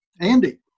Andy